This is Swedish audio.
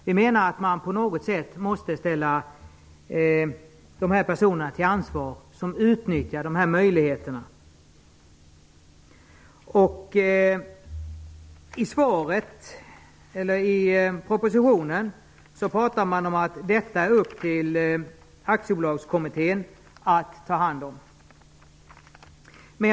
Vi anser att man på något sätt måste ställa de personer som utnyttjar sådana möjligheter till ansvar. I propositionen anförs att det är upp till Aktiebolagskommittén att ta hand om denna frågeställning.